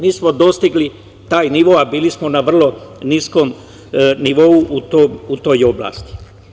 Mi smo dostigli taj nivo, a bili smo na vrlo niskom nivou u toj oblasti.